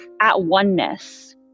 at-oneness